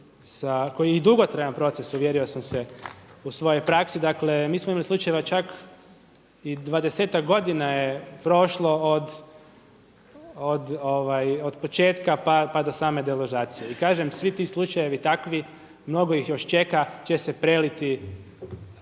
proces i dugotrajan proces uvjerio sam se u svojoj praksi. Dakle, mi smo imali slučajeve čak i 20-ak godina je prošlo od početka pa do same deložacije. I kažem svi ti slučajevi takvi, mnogo ih još čeka, će se preliti